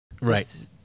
Right